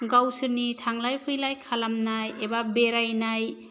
गावसोरनि थांलाय फैलाय खालामनाय एबा बेरायनाय